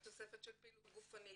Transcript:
בתוספת של פעילות גופנית.